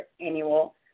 annual